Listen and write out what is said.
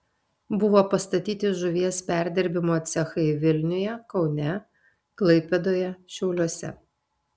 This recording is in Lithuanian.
buvo pastatyti žuvies perdirbimo cechai vilniuje kaune klaipėdoje šiauliuose